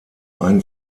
ein